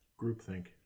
Groupthink